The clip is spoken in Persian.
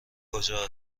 کجا